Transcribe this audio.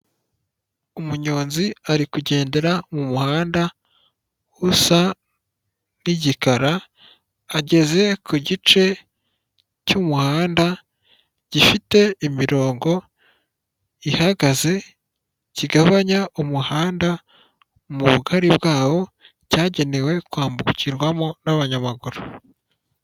Umunyonzi ari kugendera mu muhanda usa n'igikara, ageze ku gice cy'umuhanda gifite imirongo ihagaze, kigabanya umuhanda mu bugari bwawo, ccyagenewe kwambukirwamo n'abanyamaguru.